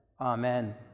Amen